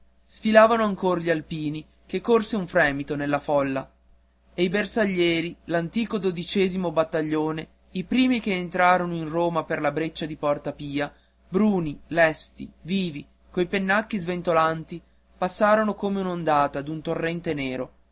sfilavano ancor gli alpini che corse un fremito nella folla e i bersaglieri l'antico dodicesimo battaglione i primi che entrarono in roma per la breccia di porta pia bruni lesti vivi coi pennacchi sventolanti passarono come un'ondata d'un torrente nero